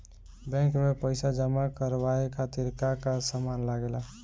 Bank में पईसा जमा करवाये खातिर का का सामान लगेला?